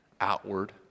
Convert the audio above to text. outward